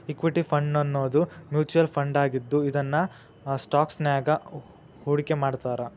equity ಫಂಡನ್ನೋದು mutual ಫಂಡಾಗಿದ್ದು ಇದನ್ನ ಸ್ಟಾಕ್ಸ್ನ್ಯಾಗ್ ಹೂಡ್ಕಿಮಾಡ್ತಾರ